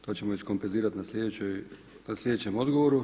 To ćemo iskompenzirati na sljedećem odgovoru.